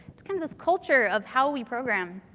it's kind of this culture of how we program.